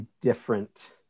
different